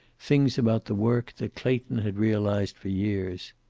things about the work that clayton had realized for years.